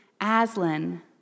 Aslan